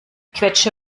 quetsche